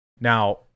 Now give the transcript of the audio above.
Now